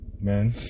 Man